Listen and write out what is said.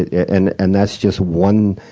and and that's just one